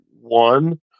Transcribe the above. one